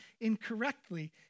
incorrectly